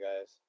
guys